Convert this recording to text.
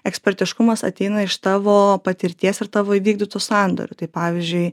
ekspertiškumas ateina iš tavo patirties ir tavo įvykdytų sandorių tai pavyzdžiui